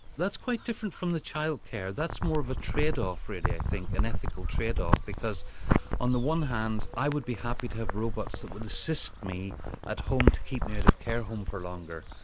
that's quite different from the child care, that's more of a trade-off really i think, an ethical trade-off, because on the one hand i would be happy to have robots that would assist me at home to keep me out of care home for longer.